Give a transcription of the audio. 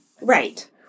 Right